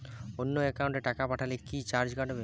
অন্য একাউন্টে টাকা পাঠালে কি চার্জ কাটবে?